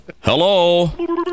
hello